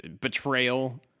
betrayal